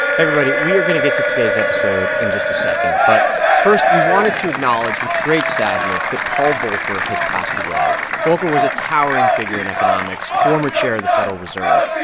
everybody. we are going to get to today's episode in just a second. but first, we wanted to acknowledge with great sadness that paul volcker has passed away. volcker was a towering figure in economics, former chair of the federal reserve.